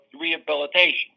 rehabilitation